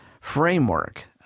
framework